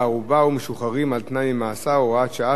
ומשוחררים על-תנאי ממאסר (הוראת שעה) (תיקון מס'